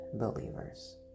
Believers